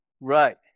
Right